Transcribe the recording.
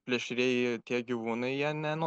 plėšrieji tie gyvūnai jie ne nu